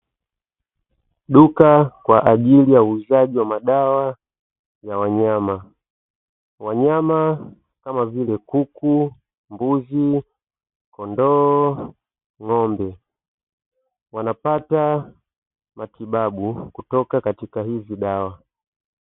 Duka kwa ajili ya uuzaji wa madawa ya wanyama. Wanyama kama vile: kuku, mbuzi, kondoo, ng'ombe wanapata matibabu kutoka katika hizi dawa.